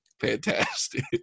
fantastic